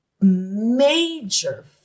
major